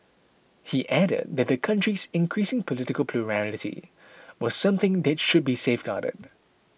he added that the country's increasing political plurality was something that should be safeguarded